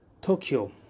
Tokyo